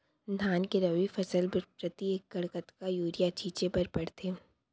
धान के रबि फसल बर प्रति एकड़ कतका यूरिया छिंचे बर पड़थे?